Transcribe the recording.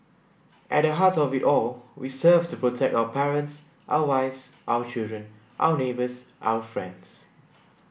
at the heart of it all we serve to protect our parents our wives our children our neighbours our friends